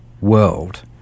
world